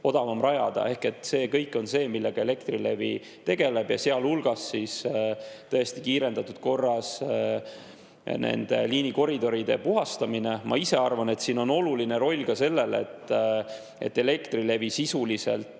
odavam rajada. See kõik on see, millega Elektrilevi tegeleb, ja sealhulgas on tõesti kiirendatud korras liinikoridoride puhastamine. Ma arvan, et siin on oluline roll ka sellel, et Elektrilevi sisuliselt